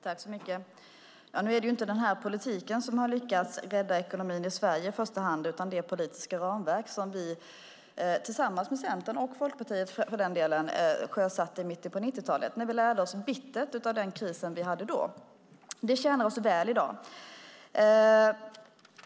Herr talman! Nu är det inte den här politiken som har lyckats rädda ekonomin i Sverige i första hand, utan det politiska ramverk som vi, tillsammans med Centern och Folkpartiet för den delen, sjösatte i mitten av 90-talet, när vi lärde oss bittert av den kris vi hade då. Det tjänar oss väl i dag.